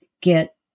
get